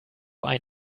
ein